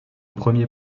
premier